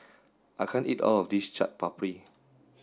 I can't eat all of this Chaat Papri